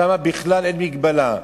שם בכלל אין מגבלה.